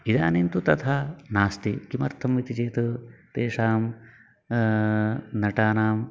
इदानीं तु तथा नास्ति किमर्थमिति चेत् तेषां नटानाम्